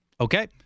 Okay